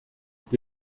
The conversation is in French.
est